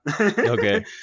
okay